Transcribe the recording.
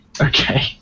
Okay